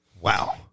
Wow